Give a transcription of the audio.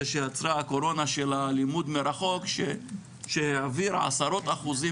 שיצרה הקורונה של הלימוד מרחוק שהעביר עשרות אחוזים